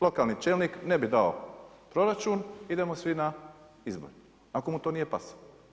Lokalni čelnik ne bi dao proračun, idemo svi na izbore ako mu to nije pasalo.